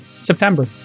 September